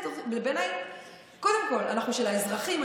בעיניי קודם כול אנחנו של האזרחים,